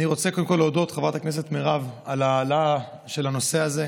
אני רוצה קודם כול להודות חברת הכנסת מירב על ההעלאה של הנושא הזה.